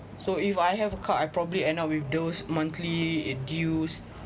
so if I have a car I probably end up with those monthly dues